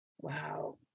Wow